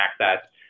access